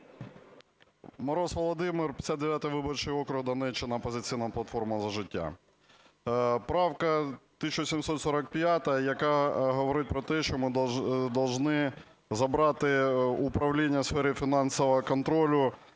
Мороз Володимир, 59 виборчий округ, Донеччина, "Опозиційна платформа - За життя". Правка 1745, яка говорить про те, що ми должны забрати управління у сфері фінансового контролю,